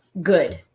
good